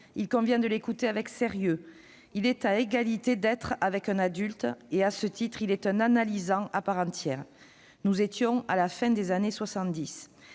il convient de l'écouter avec sérieux. Il est à égalité d'être avec un adulte, à ce titre il est un analysant à part entière. » Il faudra ensuite